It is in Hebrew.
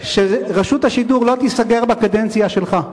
שרשות השידור לא תיסגר בקדנציה שלך.